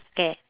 okay